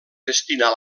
destinar